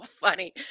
funny